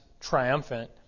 Triumphant